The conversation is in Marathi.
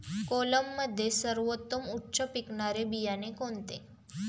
कोलममध्ये सर्वोत्तम उच्च पिकणारे बियाणे कोणते?